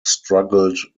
struggled